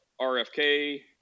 RFK